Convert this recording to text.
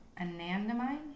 Anandamide